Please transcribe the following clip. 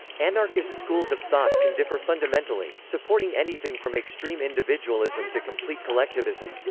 anarchist schools of thought can differ fundamentally, supporting anything from extreme individualism to complete collectivism.